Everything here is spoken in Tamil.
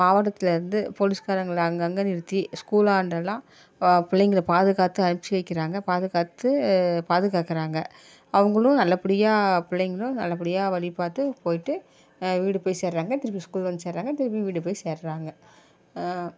மாவட்டத்தில் இருந்து போலீஸ்காரங்களை அங்கே அங்கே நிறுத்தி ஸ்கூலாண்ட எல்லாம் பிள்ளைங்களை பாதுகாத்து அழைச்சு வைக்கிறாங்க பாதுகாத்து பாதுகாக்கிறாங்க அவர்களும் நல்லபடியாக பிள்ளைகளும் நல்லபடியாக வழி பார்த்து போய்விட்டு வீடு போய் சேர்கிறாங்க திரும்பி ஸ்கூல் வந்து சேர்கிறாங்க திரும்பியும் வீடு போயி சேர்கிறாங்க